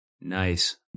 Nice